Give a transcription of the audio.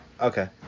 Okay